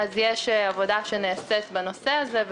יש עבודה שנעשית בנושא הזה,